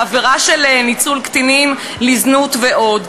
העבירה של ניצול קטינים לזנות ועוד.